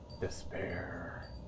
despair